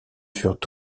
furent